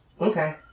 Okay